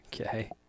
Okay